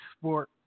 sport